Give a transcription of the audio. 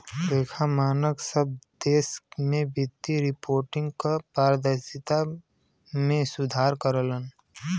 लेखा मानक सब देश में वित्तीय रिपोर्टिंग क पारदर्शिता में सुधार करलन